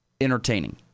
entertaining